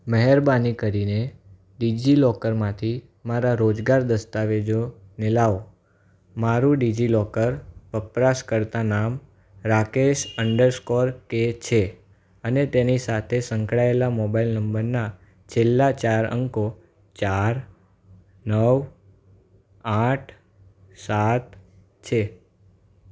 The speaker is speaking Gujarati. મહેરબાની કરીને ડીજીલોકરમાંથી મારા રોજગાર દસ્તાવેજોને લાવો મારું ડીજીલોકર વપરાશ કર્તા નામ રાકેશ અંડર સ્કોર કે છે અને તેની સાથે સંકળાએલા મોબાઈલ નંબરના છેલ્લાં ચાર અંકો ચાર નવ આઠ સાત છે